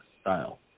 style